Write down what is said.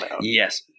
Yes